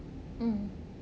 mm